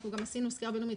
גם עשינו סקירה בינלאומית.